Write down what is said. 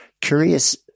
Curious